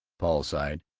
paul sighed,